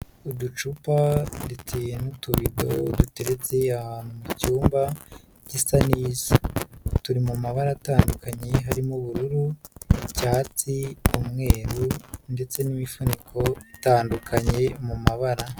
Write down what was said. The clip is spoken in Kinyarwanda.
Uducupa ndetse n'utubido duteretse ahantu mu cyumba gisa neza. Turi mu mabara atandukanye harimo; ubururu, icyatsi, umweru ndetse n'imifuniko itandukanye mu mabara.